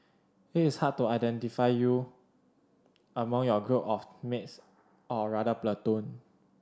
it is hard to identify you among your group of mates or rather platoon